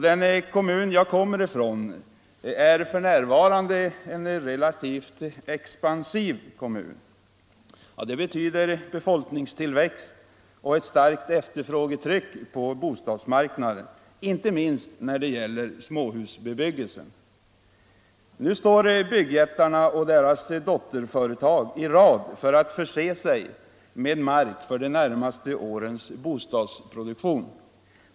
Den kommun som jag kommer från är för närvarande relativt expansiv. 161 Det betyder befolkningstillväxt och ett starkt efterfrågetryck på bostadsmarknaden, inte minst när det gäller småhusbebyggelsen. Nu står byggjättarna och deras dotterföretag i rad för att förse sig med mark för de närmaste årens bostadsproduktion.